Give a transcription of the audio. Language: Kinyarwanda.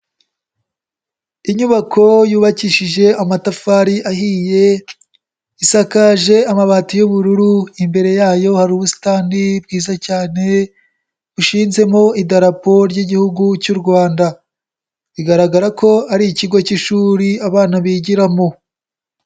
Inyubako yubakishije amatafari ahiye, isakaje amabati y'ubururu, imbere yayo hari ubusitani bwiza cyane bushinzemo idarapo ry'Igihugu cy'u Rwanda, bigaragara ko ari ikigo cy'ishuri abana bigiramo.